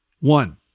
One